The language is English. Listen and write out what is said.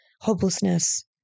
hopelessness